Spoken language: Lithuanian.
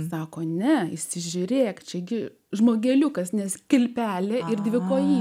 sako ne įsižiūrėk čia gi žmogeliukas nes kilpelė ir dvi kojy